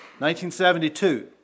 1972